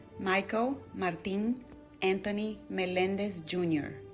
michael martin anthony melendez jr.